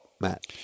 Matt